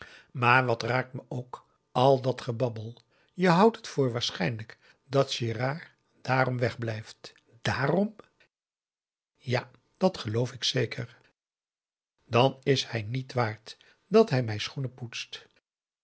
maar wat raakt me ook al dat gebabbel je houdt het voor waarschijnlijk dat gérard dààrom wegblijft dààrom ja dat geloof ik zeker dan is hij niet waard dat hij mijn schoenen poetst